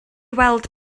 weld